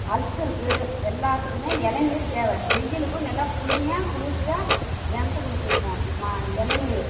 அல்ஸருக்கு எல்லாத்துக்கும் இளநீர் தேவை வெயிலுக்கும் நெல்லா குளுமையாக குளிர்ச்சியாக ஜனத்துங்களுக்கு இருக்கும் ம இளநீரு